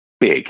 big